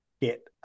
get